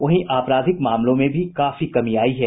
वहीं आपराधिक मामलों में भी काफी कमी आयी है